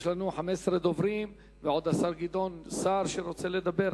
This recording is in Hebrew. יש לנו 15 דוברים ועוד השר גדעון סער שרוצה לדבר,